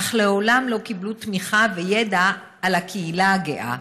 אך שמעולם לא קיבלו תמיכה וידע על הקהילה הגאה.